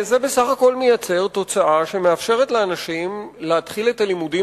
זה בסך הכול מייצר תוצאה שמאפשרת לאנשים להתחיל את הלימודים